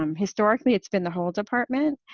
um historically, it's been the whole department.